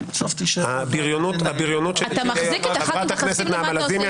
אתה מחזיק את --- חברתה כנסת נעמה לזימי,